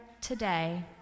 today